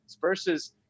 versus